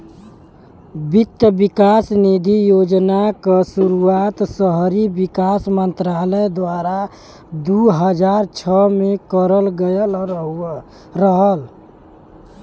वित्त विकास निधि योजना क शुरुआत शहरी विकास मंत्रालय द्वारा दू हज़ार छह में करल गयल रहल